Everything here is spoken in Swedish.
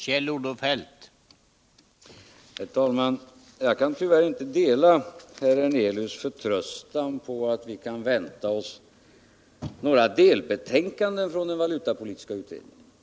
Herr talman! Jag kan tyvärr inte dela herr Hernelius förtröstan om att vi kan förvänta oss några delbetänkanden från den valutapolitiska utredningen.